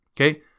okay